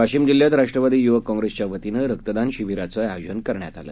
वाशिम जिल्ह्यात राष्ट्रवादी युवक काँप्रेसच्या वतीनं रक्तदान शिबीराचं आयोजन करण्यात आलं